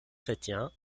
chrétiens